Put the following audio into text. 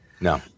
No